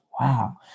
Wow